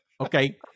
okay